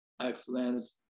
excellence